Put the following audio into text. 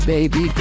Baby